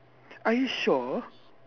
are you sure